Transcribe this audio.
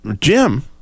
jim